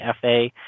FA